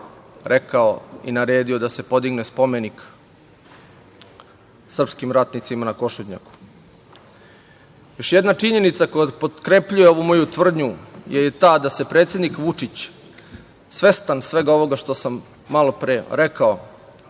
rekao i naredio da se podigne spomenik srpskim ratnicima na Košutnjaku. Još jedna činjenica koja potkrepljuje ovu moju tvrdnju je i ta da se predsednik Vučić, svestan svega ovoga što sam malopre rekao,